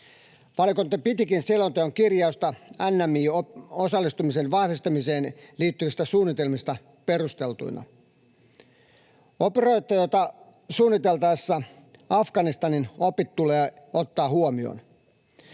Valiokunta pitikin selonteon kirjausta NMI-osallistumisen vahvistamiseen liittyvistä suunnitelmista perusteltuina. Operaatioita suunniteltaessa Afganistanin opit tulee ottaa huomioon.